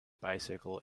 bicycle